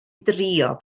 drio